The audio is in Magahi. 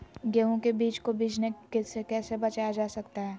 गेंहू के बीज को बिझने से कैसे बचाया जा सकता है?